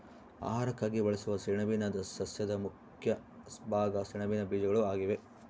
ಆಹಾರಕ್ಕಾಗಿ ಬಳಸುವ ಸೆಣಬಿನ ಸಸ್ಯದ ಮುಖ್ಯ ಭಾಗ ಸೆಣಬಿನ ಬೀಜಗಳು ಆಗಿವೆ